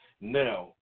Now